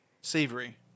Savory